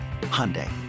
Hyundai